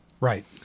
Right